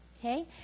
okay